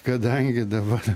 kadangi dabar